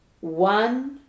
One